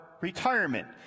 retirement